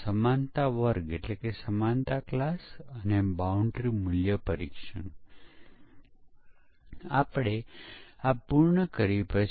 જ્યારે કોઈક નવા પ્રોગ્રામર પ્રોગ્રામ લખે છે ત્યારે તેમાં ઘણી બધી ભૂલો થઈ શકે છે વ્યાવસાયિક પ્રોગ્રામર પણ ભૂલો કરી શકે છે